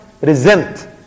resent